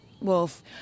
wolf